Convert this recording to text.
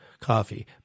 coffee